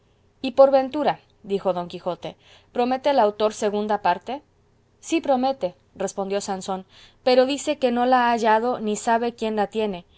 y por ventura dijo don quijote promete el autor segunda parte sí promete respondió sansón pero dice que no ha hallado ni sabe quién la tiene